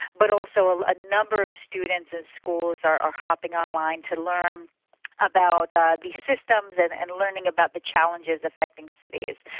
but also a number of students in schools are are hopping online to learn about ah the systems, and and learning about the challenges affecting cities.